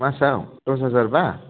मासाव दस हाजारबा